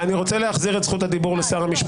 לא שלטון הרוב,